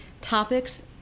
topics